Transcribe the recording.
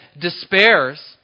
despairs